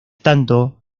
tanto